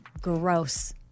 Gross